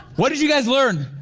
what did you guys learn?